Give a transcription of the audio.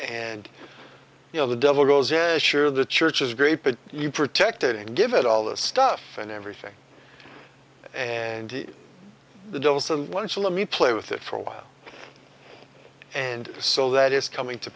and you know the devil goes in sure the church is great but you protect it and give it all the stuff and everything and the doesn't want to let me play with it for a while and so that is coming to